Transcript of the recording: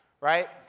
right